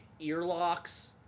earlocks